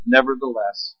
Nevertheless